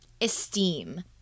esteem